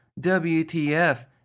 WTF